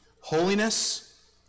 Holiness